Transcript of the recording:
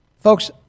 Folks